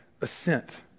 assent